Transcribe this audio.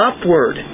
upward